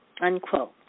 unquote